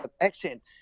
accent